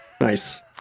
Nice